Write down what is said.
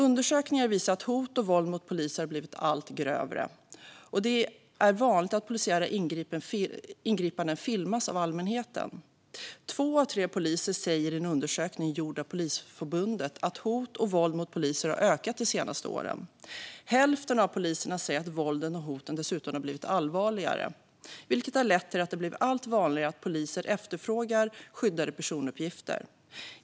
Undersökningar visar att hot och våld mot poliser har blivit allt grövre, och det är vanligt att polisiära ingripanden filmas av allmänheten. Två av tre poliser säger i en undersökning gjord av Polisförbundet att hot och våld mot poliser har ökat de senaste åren. Hälften av poliserna säger att våldet och hoten dessutom har blivit allvarligare, vilket har lett till att det har blivit allt vanligare att poliser efterfrågar skyddade personuppgifter.